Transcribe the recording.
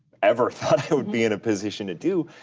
ever thought i would be in a position to do.